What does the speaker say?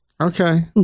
Okay